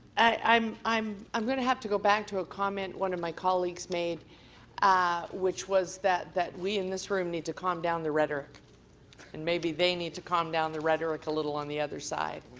i'm i'm going to have to go back to a comment one of my colleagues made which was that that we in this room need to calm down the rhetoric and maybe they need to calm down the rhetoric a little on the other side.